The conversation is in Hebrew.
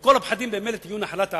וכל הפחדים באמת יהיו נחלת העבר.